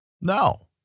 No